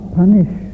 punish